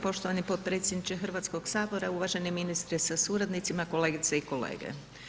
Poštovani potpredsjedniče Hrvatskog sabora, uvaženi ministre sa suradnicima, kolegice i kolege.